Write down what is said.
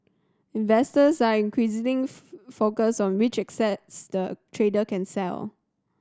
investors are increasingly focused on which assets the trader can sell